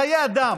חיי אדם.